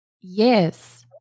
Yes